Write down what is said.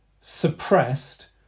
suppressed